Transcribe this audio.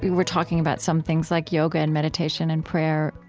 we're talking about some things like yoga and meditation and prayer.